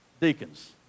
deacons